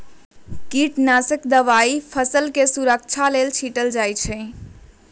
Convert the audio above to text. कीटनाशक दवाई फसलके सुरक्षा लेल छीटल जाइ छै